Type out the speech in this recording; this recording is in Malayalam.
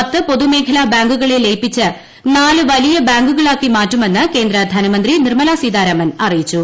പത്ത് പൊതുമേഖലാ ബാങ്കുകളെ ലയിപ്പിച്ച് നാല് വലിയ ബാങ്കുകളാക്കി മാറ്റുമെന്ന് കേന്ദ്ര ധനമന്ത്രി നിർമ്മലാ സീതാരാമൻ അറിയിച്ചു